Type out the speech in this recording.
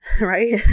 right